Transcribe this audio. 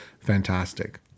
fantastic